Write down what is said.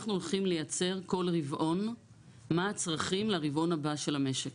אנחנו הולכים לייצר כל רבעון מה הצרכים לרבעון הבא של המשק.